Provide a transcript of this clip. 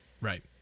right